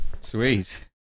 sweet